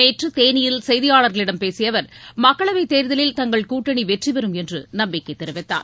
நேற்று தேனியில் செய்தியாளர்களிடம் பேசிய அவர் மக்களவை தேர்தலில் தங்கள் கூட்டணி வெற்றி பெறும் என்று நம்பிக்கை தெரிவித்தார்